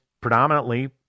predominantly